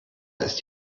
ist